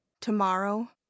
Tomorrow